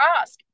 ask